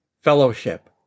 Fellowship